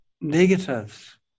negatives